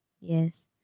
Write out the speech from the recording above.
Yes